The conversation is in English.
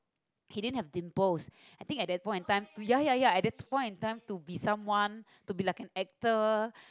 he didn't have dimples I think at that point in time ya ya ya at that point in time to be like someone to be like an actor